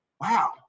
wow